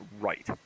right